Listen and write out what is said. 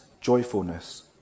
joyfulness